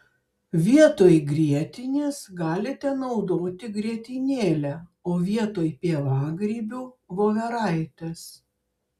vietoj grietinės galite naudoti grietinėlę o vietoj pievagrybių voveraites